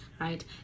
Right